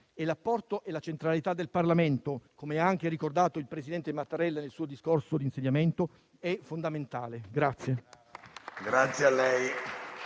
e l'apporto e la centralità del Parlamento, come ha anche ricordato il presidente Mattarella nel suo discorso di insediamento, è fondamentale.